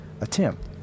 attempt